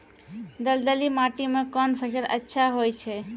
दलदली माटी म कोन फसल अच्छा होय छै?